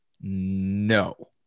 No